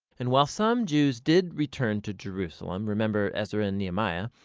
and while some jews did return to jerusalem, remember ezra and nehemiah,